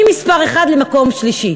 ממספר 1 למקום שלישי.